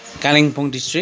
Kalimpong district